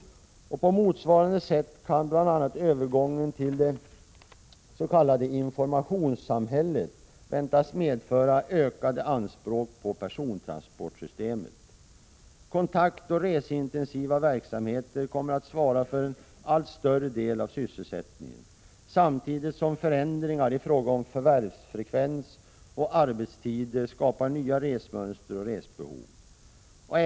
På motsvarande sätt kan bl.a. övergången till det s.k. informationssamhället väntas medföra ökade anspråk på persontransportsystemet. Kontaktoch reseintensiva verksamheter kommer att svara för en allt större del av sysselsättningen, samtidigt som förändringar i fråga om förvärvsfrekvens och arbetstider skapar nya resmönster och resbehov.